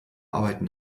arbeiten